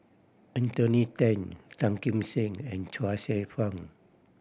Anthony Then Tan Kim Seng and Chuang Hsueh Fang